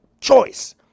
choice